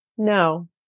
No